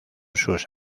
sus